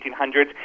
1800s